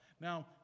Now